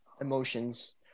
emotions